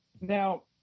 Now